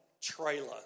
trailer